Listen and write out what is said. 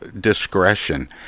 discretion